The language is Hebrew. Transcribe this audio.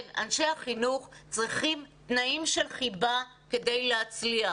כן, אנשי החינוך צריכים תנאים של חיבה כדי להצליח.